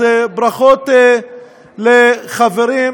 אז ברכות לחברים,